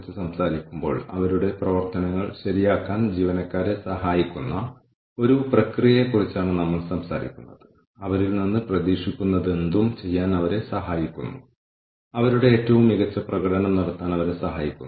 വ്യത്യാസം കുറഞ്ഞതോ അല്ലെങ്കിൽ വ്യത്യാസം ഇല്ലെങ്കിലോ അല്ലെങ്കിൽ വ്യത്യാസം നെഗറ്റീവോ ആണെങ്കിൽ ഉദാഹരണത്തിന് ജീവനക്കാരുടെ ശമ്പളത്തിന്റെ രേഖകൾ നിലനിർത്തുന്നത് അവരുടെ ശമ്പളം എങ്ങനെയായിരുന്നുവെന്ന് അവരോട് പറയുന്നത്